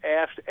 asked